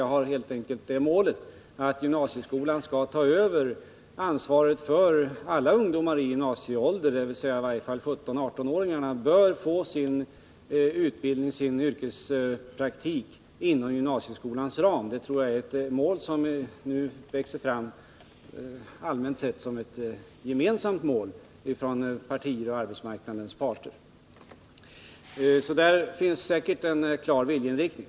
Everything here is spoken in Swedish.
Jag har helt enkelt satt upp som mål att gymnasieskolan skall ta över utbildningsansvaret för alla ungdomar i gymnasieskoleålder, dvs. att i varje fall 17-18-åringarna bör få sin utbildning och sin yrkespraktik inom gymnasieskolans ram. Jag tror att detta nu har kommit att bli ett gemensamt mål för de olika partierna och för arbetsmarknadens parter. Det finns alltså här en klar viljeinriktning.